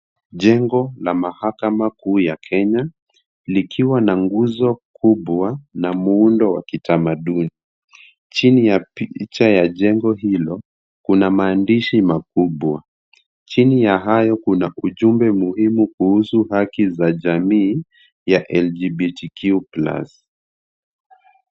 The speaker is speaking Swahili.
Jengo la mahakama kuu ya Kenya, likiwa na nguzo kubwa na muundo wa kitamaduni. Chini ya picha ya jengo hilo, kuna maandishi makubwa. Chini ya hayo kuna ujumbe muhimu kuhusu haki za jamii ya LGBTQ plus .